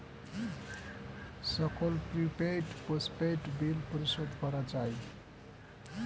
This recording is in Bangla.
সকল প্রিপেইড, পোস্টপেইড বিল পরিশোধ করা যায়